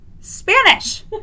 Spanish